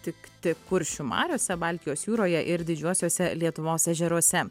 tikti kuršių mariose baltijos jūroje ir didžiuosiuose lietuvos ežeruose